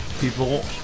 people